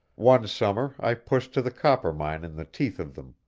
one summer i pushed to the coppermine in the teeth of them,